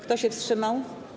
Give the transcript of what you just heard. Kto się wstrzymał?